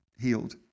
healed